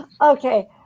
Okay